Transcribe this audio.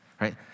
Right